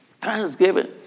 Thanksgiving